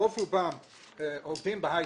רוב רובם עובדים בהיי-טק.